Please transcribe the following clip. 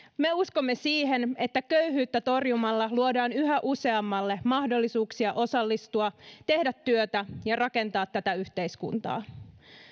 me uskomme siihen että köyhyyttä torjumalla luodaan yhä useammalle mahdollisuuksia osallistua tehdä työtä ja rakentaa tätä yhteiskuntaa